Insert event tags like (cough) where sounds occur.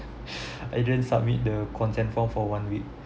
(breath) I didn't submit the consent form for one week